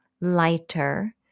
lighter